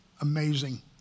amazing